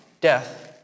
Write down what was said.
death